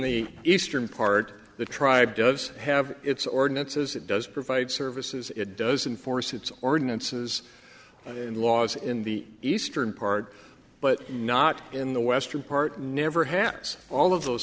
the eastern part the tribe does have its ordinances it does provide services it doesn't force its ordinances and laws in the eastern part but not in the western part never happens all of those